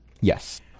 Yes